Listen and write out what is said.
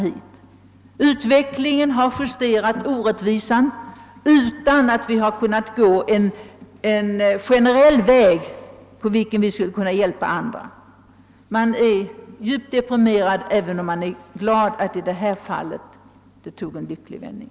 Utvecklingen har justerat orättvisan, dock utan att vi funnit en generell väg på vilken vi skulle kunna hjälpa andra. Man är därför djupt deprime rad, även om man är glad över att säken i detta fall tog en lycklig vändning.